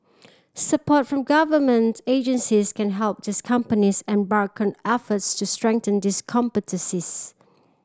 support from government agencies can help these companies embark on efforts to strengthen these competencies